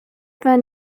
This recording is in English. friend